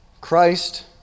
Christ